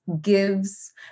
gives